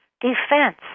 defense